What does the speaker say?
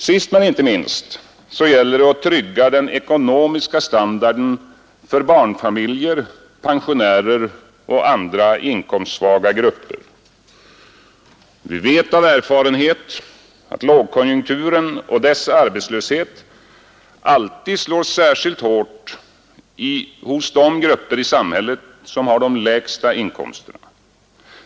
Sist men inte minst gäller det att trygga den ekonomiska standarden för barnfamiljer, pensionärer och andra inkomstsvaga grupper. Vi vet av erfarenhet att lågkonjunkturen och dess arbetslöshet alltid slår särskilt hårt i de grupper i samhället som har de lägsta inkomsterna.